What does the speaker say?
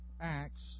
Acts